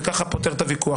וכך זה יפתור את הוויכוח.